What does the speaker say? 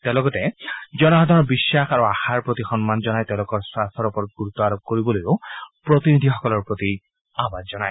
তেওঁ লগতে জনসাধাৰণৰ বিশ্বাস আৰু আশাৰ প্ৰতি সন্মান জনাই তেওঁলোকৰ স্বাৰ্থৰ ওপৰত গুৰুত্ব আৰোপ কৰিবলৈও প্ৰতিনিধিসকলৰ প্ৰতি আহ্বান জনায়